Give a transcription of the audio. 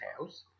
house